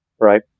right